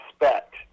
respect